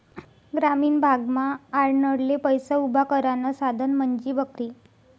ग्रामीण भागमा आडनडले पैसा उभा करानं साधन म्हंजी बकरी